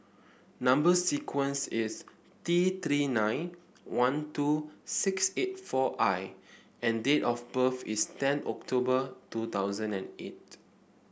number sequence is T Three nine one two six eight four I and date of birth is ten October two thousand and eight